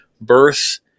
birth